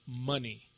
money